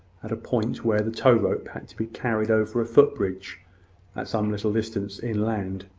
at a point where the tow-rope had to be carried over a foot-bridge at some little distance inland.